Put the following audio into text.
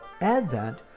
Advent